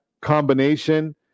combination